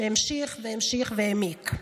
שהמשיך והמשיך והעמיק.